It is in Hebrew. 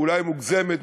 אולי מוגזמת,